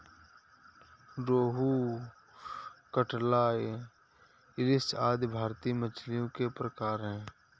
रोहू, कटला, इलिस आदि भारतीय मछलियों के प्रकार है